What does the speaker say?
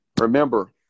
Remember